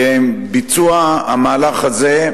ביצוע המהלך הזה,